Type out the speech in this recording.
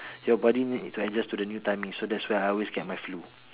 your body needs to adjust to the new timing so that's where I always get my flu